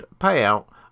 payout